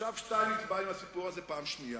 ועכשיו שטייניץ בא עם הסיפור הזה בפעם השנייה.